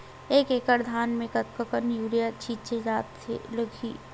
एक एकड़ धान में कतका यूरिया छिंचे ला लगही?